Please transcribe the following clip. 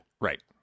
Right